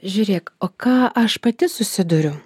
žiūrėk o ką aš pati susiduriu